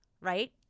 right